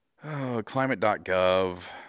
Climate.gov